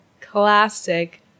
classic